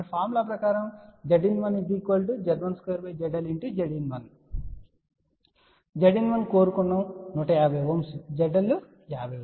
కాబట్టి ఫార్ములా ప్రకారం Zin1 Z12 ZL Zin1 కోరుకున్నది 150 ZL 50